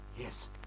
yes